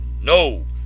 no